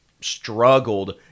struggled